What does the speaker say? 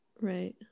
Right